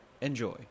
Enjoy